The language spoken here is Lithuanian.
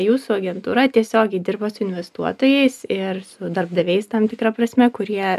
jūsų agentūra tiesiogiai dirba su investuotojais ir su darbdaviais tam tikra prasme kurie